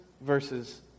verses